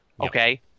okay